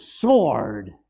sword